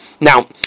Now